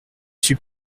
suis